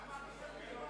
עמיר פרץ,